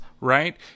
right